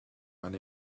and